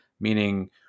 meaning